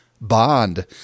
Bond